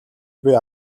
буй